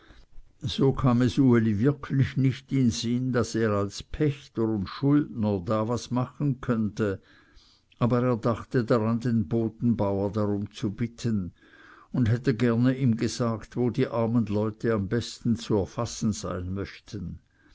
so kam es uli wirklich nicht in sinn daß er als pächter und schuldner da was machen könnte aber er dachte daran den bodenbauer darum zu bitten und hätte gerne ihm gesagt wo die armen leute am besten zu erfassen sein möchten